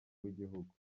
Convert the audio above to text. w’igihugu